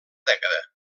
dècada